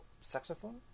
saxophone